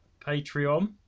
Patreon